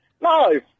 No